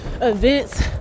events